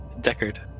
Deckard